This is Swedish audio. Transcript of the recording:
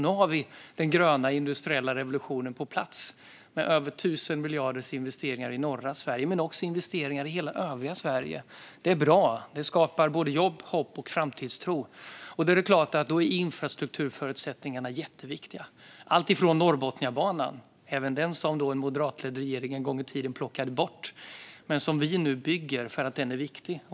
Nu har vi den gröna industriella revolutionen på plats, med över 1 000 miljarder i investeringar i norra Sverige och med investeringar även i övriga Sverige. Detta är bra; det skapar jobb, hopp och framtidstro. Då är infrastrukturförutsättningarna förstås jätteviktiga. Det handlar till exempel om Norrbotniabanan, som en moderatledd regering en gång i tiden plockade bort men som vi nu bygger därför att den är viktig.